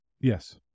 Yes